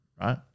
right